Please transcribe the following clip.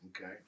Okay